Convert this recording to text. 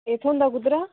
एह् थ्होंदा कुद्धरों